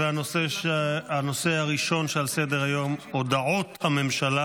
הנושא הראשון שעל סדר-היום: הודעות הממשלה